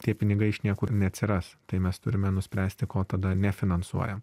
tie pinigai iš niekur neatsiras tai mes turime nuspręsti ko tada nefinansuojam